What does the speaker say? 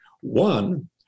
one